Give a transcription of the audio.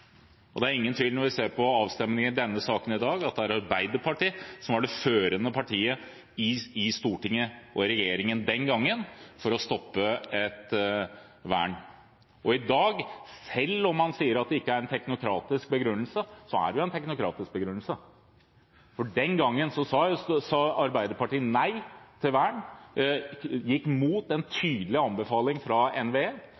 og det er ingen tvil om, når vi ser på avstemningen i denne saken i dag, at det var Arbeiderpartiet som var det førende partiet i Stortinget og regjeringen den gangen for å stoppe et vern. Og i dag, selv om man sier at det ikke er en teknokratisk begrunnelse, er det jo en teknokratisk begrunnelse. For den gangen sa Arbeiderpartiet nei til vern og gikk imot en